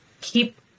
keep